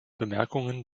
bemerkungen